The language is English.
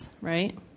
right